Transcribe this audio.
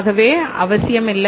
ஆகவே அவசியம் இல்லை